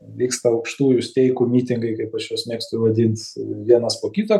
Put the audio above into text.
vyksta aukštųjų steikų mitingai kaip aš juos mėgstu vadint vienas po kito